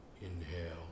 inhale